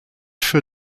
für